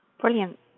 Brilliant